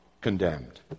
condemned